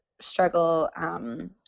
struggle